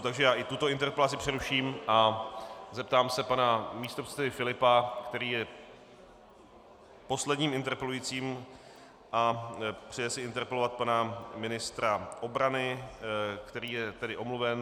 Takže já i tuto interpelaci přeruším a zeptám se pana místopředsedy Filipa, který je posledním interpelujícím a přeje si interpelovat pana ministra obrany, který je tedy omluven.